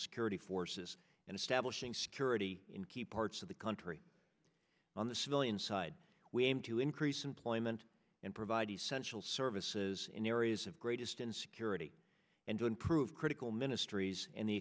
security forces and establishing security in key parts of the country on the civilian side we aim to increase employment and provide essential services in areas of greatest insecurity and to improve critical ministries and the